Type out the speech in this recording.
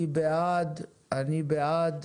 אני בעד.